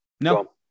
no